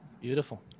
Beautiful